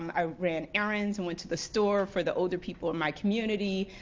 i ran errands and went to the store for the older people in my community.